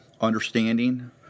understanding